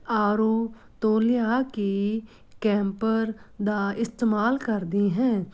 R O ਤੋਂ ਲਿਆ ਕੇ ਕੈਂਪਰ ਦਾ ਇਸਤੇਮਾਲ ਕਰਦੇ ਹੈ